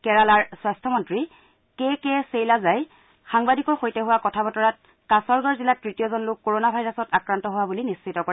কেৰালাৰ স্বাস্থ্যমন্ত্ৰী কে কে ছেইলাজাই সাংবাদিকৰ সৈতে হোৱা কথা বতৰাত কাছৰগড় জিলাত তৃতীয়জন লোক কৰোণা ভাইৰাছত আক্ৰান্ত হোৱা বুলি নিশ্চিত কৰে